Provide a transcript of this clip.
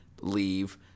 leave